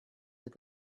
with